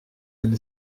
elle